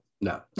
No